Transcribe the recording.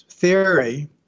theory